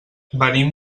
venim